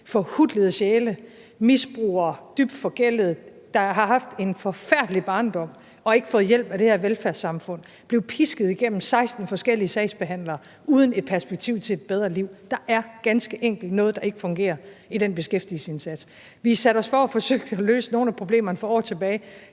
forhutlede sjæle, misbrugere, dybt forgældede, der har haft en forfærdelig barndom og ikke fået hjælp af det her velfærdssamfund og blevet pisket igennem af 16 forskellige sagsbehandlere uden et perspektiv til et bedre liv. Der er ganske enkelt noget, det ikke fungerer i den beskæftigelsesindsats. Vi satte os for at forsøgte at løse nogle af problemerne for år tilbage.